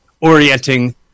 orienting